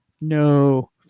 No